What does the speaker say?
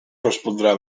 respondrà